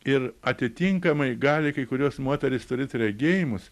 ir atitinkamai gali kai kurios moterys turėt regėjimus